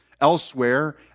Elsewhere